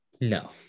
No